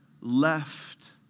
left